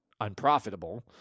unprofitable